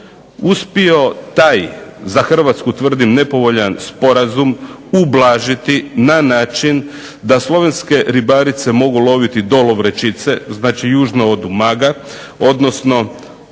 uspio taj, za Hrvatsku tvrdim nepovoljan sporazum, ublažiti na način da slovenske ribarice mogu loviti do Lovrečice, znači južno od Umaga, odnosno naše